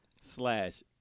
slash